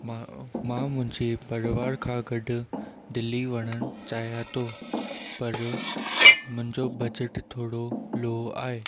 मां मां मुंहिंजी परिवार खां गॾु दिल्ली वञणु चाहियां थो पर मुंहिंजो बजेट थोरो लो आहे